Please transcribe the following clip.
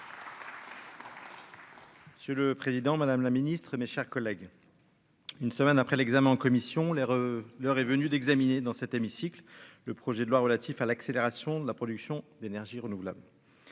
Monsieur le Président, Madame la Ministre, mes chers collègues, une semaine après l'examen en commission, l'air, l'heure est venue d'examiner dans cet hémicycle le projet de loi relatif à l'accélération de la production d'énergie renouvelables.